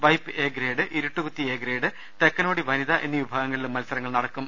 വെപ്പ് A grade ഇരുട്ടുകുത്തി A grade തെക്കനോടി വനിത എന്നീ വിഭാഗങ്ങളിലും മത്സ രങ്ങൾ നടക്കും